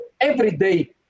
everyday